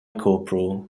corporal